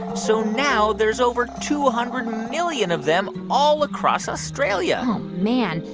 so now there's over two hundred million of them all across australia oh, man.